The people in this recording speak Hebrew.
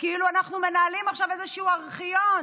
וכאילו אנחנו מנהלים עכשיו איזשהו ארכיון